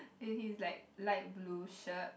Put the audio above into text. and his like light blue shirt